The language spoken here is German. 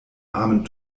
armen